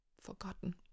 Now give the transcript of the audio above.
Forgotten